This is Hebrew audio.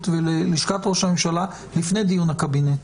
וללשכת ראש הממשלה לפני דיון הקבינט.